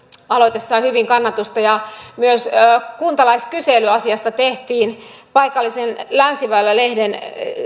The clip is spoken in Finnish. aloite sai hyvin kannatusta myös kuntalaiskysely asiasta tehtiin paikallisen länsiväylä lehden